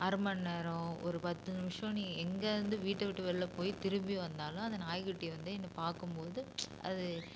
அரை மணிநேரோம் ஒரு பத்து நிமிஷம் நீ எங்கேருந்து வீட்டை விட்டு வெளியில் போய் திரும்பி வந்தாலும் அந்த நாய்க்குட்டி வந்து என்னை பார்க்கும்போது அது